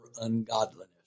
ungodliness